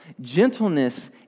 Gentleness